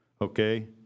Okay